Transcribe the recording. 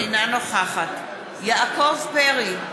אינה נוכחת יעקב פרי,